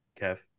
Kev